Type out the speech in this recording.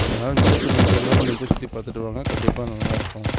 அதனால் விசேஷ நாட்கள் இல்லாமல் நீங்கள் போய் சுற்றி பார்த்துட்டு வாங்க கண்டிப்பாக நல்லா இருக்கும்